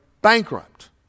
bankrupt